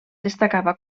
destacava